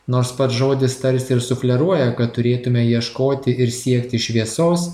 nors pats žodis tarsi ir sufleruoja kad turėtume ieškoti ir siekti šviesos